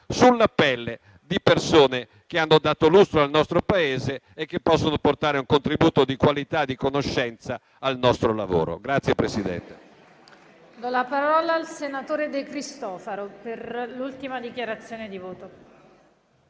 sulla pelle di persone che hanno dato lustro al nostro Paese e possono portare un contributo di qualità e di conoscenza al nostro lavoro.